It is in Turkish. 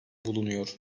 bulunuyor